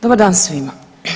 Dobar dan svima.